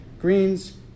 greens